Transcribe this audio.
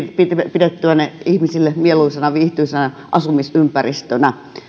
pidettyä ne ihmisille mieluisina viihtyisinä asumisympäristöinä